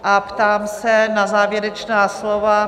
Ptám se na závěrečná slova?